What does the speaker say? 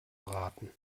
braten